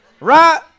right